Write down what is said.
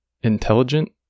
intelligent